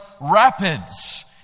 rapids